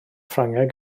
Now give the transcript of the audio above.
ffrangeg